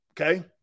Okay